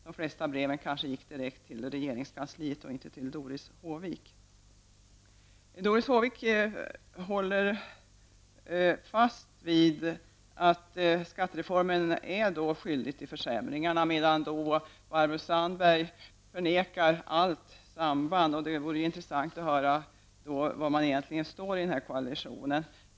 De flesta brev kanske går direkt till regeringskansliet och inte till Doris Doris Håvik håller fast vid att skattereformen är orsaken till försämringarna, medan Barbro Sandberg förnekar allt samband. Det vore intressant att höra var man egentligen står i denna koallition.